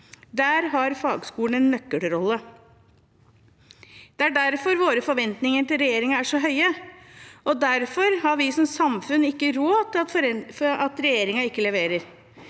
Der har fagskolene en nøkkelrolle. Det er derfor våre forventninger til regjeringen er så høye, og derfor har vi som samfunn ikke råd til at regjeringen ikke leverer.